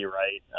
right